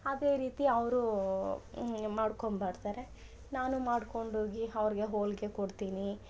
ಅದೇ ರೀತಿ ಅವರು ಮಾಡ್ಕೊಂಡು ಬರ್ತಾರೆ ನಾನು ಮಾಡ್ಕೊಂಡು ಹೋಗಿ ಅವ್ರ್ಗೆ ಹೋಳ್ಗೆ ಕೊಡ್ತೀನಿ